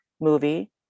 movie